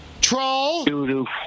Troll